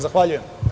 Zahvaljujem.